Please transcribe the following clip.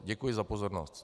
Děkuji za pozornost.